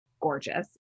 gorgeous